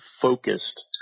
focused